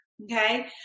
Okay